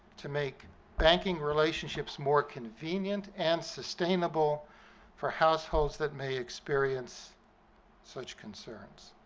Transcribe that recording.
to make banking relationships more convenient and sustainable for households that may experience such concerns.